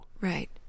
Right